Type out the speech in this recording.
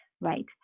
right